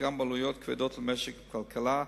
אלא גם בעלויות כבדות למשק ולכלכלה.